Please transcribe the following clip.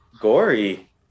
gory